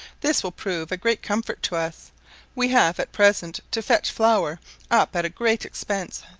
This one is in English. this will prove a great comfort to us we have at present to fetch flour up at a great expense,